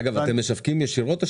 אגב, אתם משווקים ישירות?